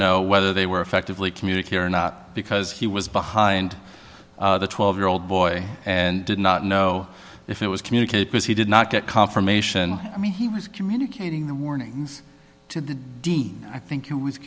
know whether they were effectively communicate or not because he was behind the twelve year old boy and did not know if it was communicated because he did not get confirmation i mean he was communicating the warnings to the dean i think it was